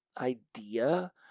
idea